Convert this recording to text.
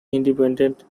independent